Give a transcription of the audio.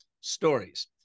stories